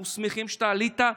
אנחנו שמחים שאתה עלית,